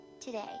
today